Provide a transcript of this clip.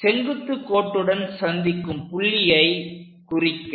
செங்குத்து கோட்டுடன் சந்திக்கும் புள்ளியை குறிக்க